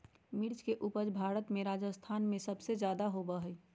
मिर्च के उपज भारत में राजस्थान में सबसे ज्यादा होबा हई